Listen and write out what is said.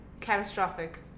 Catastrophic